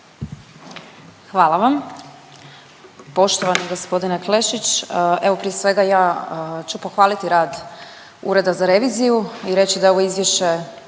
Hvala vam. Poštovani gospodine Klešić, evo prije svega ja ću pohvaliti rad ureda za reviziju i reći da je ovo izvješće